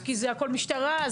כי הכול משטרה,